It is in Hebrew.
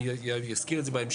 אני אזכיר את זה בהמשך.